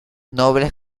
nobles